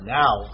now